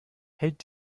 hält